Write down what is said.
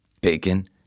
bacon